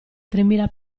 tremila